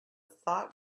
thought